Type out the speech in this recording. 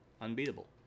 unbeatable